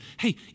Hey